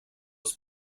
was